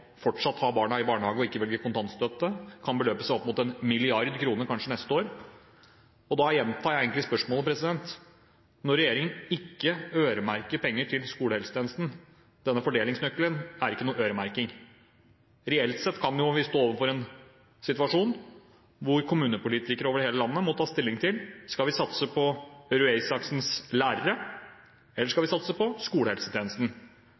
ha barn i barnehage og ikke velger kontantstøtte. Det kan kanskje beløpe seg opp mot 1 mrd. kr neste år. Når regjeringen ikke øremerker penger til skolehelsetjenesten – denne fordelingsnøkkelen er ikke noen øremerking – kan vi reelt sett stå overfor en situasjon hvor kommunepolitikere over hele landet må ta stilling til om vi skal satse på Røe Isaksens lærere, eller om vi skal satse på skolehelsetjenesten.